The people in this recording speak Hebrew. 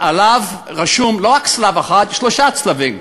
שעליו רשום לא רק צלב אחד, שלושה צלבים.